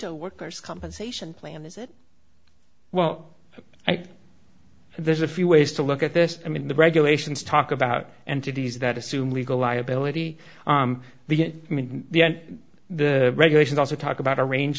a worker's compensation plan is it well i there's a few ways to look at this i mean the regulations talk about entities that assume legal liability the i mean the regulations also talk about arrange